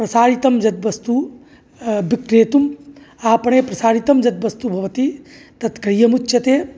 प्रसारितं यद् वस्तु विक्रेतुम् आपणे प्रसारितं यद् वस्तु भवति तत् क्रय्यम् उच्यते